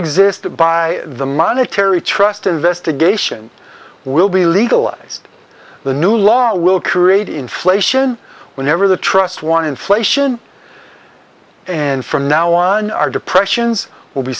exist by the monetary trust investigation will be legalized the new law will create inflation whenever the trust one inflation and from now on our depressions will be